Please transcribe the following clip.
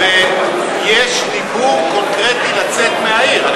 ויש דיבור קונקרטי לצאת מהעיר.